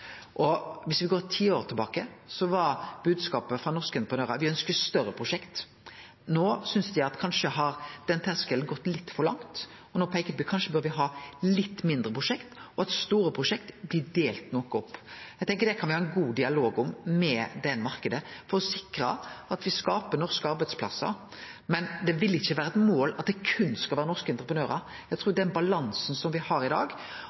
går ti år tilbake, var bodskapen frå norske entreprenørar at dei ønskte større prosjekt. No synest dei at det kanskje har gått litt for langt. No peiker dei på at me kanskje bør ha litt mindre prosjekt, og at store prosjekt blir delte. Eg tenkjer at dette kan det vere ein god dialog med den marknaden om for å sikre at me skaper norske arbeidsplassar. Men det vil ikkje vere eit mål at det berre skal vere norske entreprenørar. Eg trur den balansen som me har i dag,